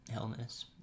illness